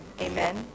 Amen